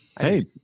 Hey